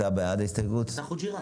הסתייגות לסעיף